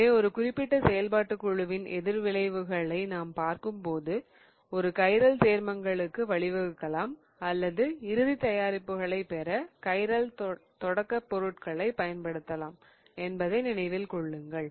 எனவே ஒரு குறிப்பிட்ட செயல்பாட்டுக் குழுவின் எதிர்விளைவுகளை நாம் பார்க்கும்போது ஒரு கைரல் சேர்மங்களுக்கு வழிவகுக்கலாம் அல்லது இறுதி தயாரிப்புகளைப் பெற கைரல் தொடக்கப் பொருட்களைப் பயன்படுத்தலாம் என்பதை நினைவில் கொள்ளுங்கள்